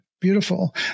Beautiful